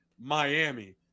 Miami